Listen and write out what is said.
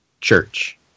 church